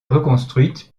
reconstruite